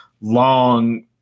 long